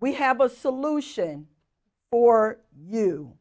we have a solution for you